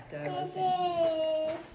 Okay